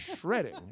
shredding